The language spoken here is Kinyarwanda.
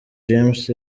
james